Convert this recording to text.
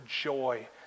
joy